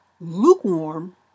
lukewarm